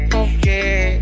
okay